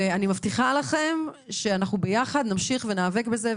והבטחתי להם שאנחנו ביחד נמשיך וניאבק בזה,